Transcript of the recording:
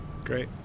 Great